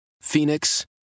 Phoenix